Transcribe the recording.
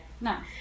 No